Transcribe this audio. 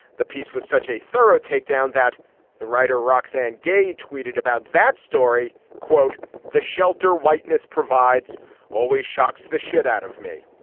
the piece was such a thorough takedown that the writer roxane gay tweeted about that story quote the shelter whiteness provides always shocks the shit out of me.